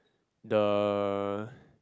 the